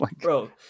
Bro